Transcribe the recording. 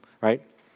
right